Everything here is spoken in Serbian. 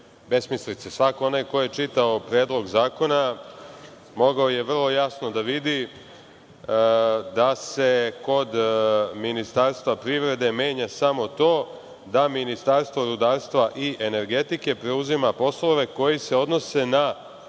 besmislice. Svako ko je čitao Predlog zakona mogao je vrlo jasno da vidi da se kod Ministarstva privrede menja samo to da Ministarstvo rudarstva i energetike preuzima poslove koji se odnose na